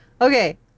Okay